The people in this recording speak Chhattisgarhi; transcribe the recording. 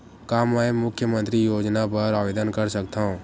का मैं मुख्यमंतरी योजना बर आवेदन कर सकथव?